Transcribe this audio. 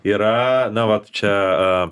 yra na vat čia a